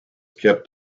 kept